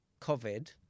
COVID